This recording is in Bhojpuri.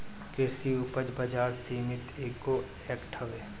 कृषि उपज बाजार समिति एगो एक्ट हवे